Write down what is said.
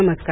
नमस्कार